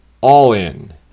all-in